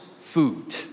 food